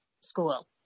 school